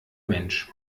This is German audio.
mensch